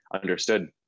understood